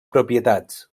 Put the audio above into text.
propietats